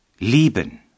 Lieben